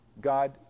God